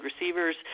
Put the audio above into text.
receivers